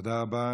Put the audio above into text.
תודה רבה.